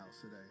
today